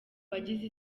bagize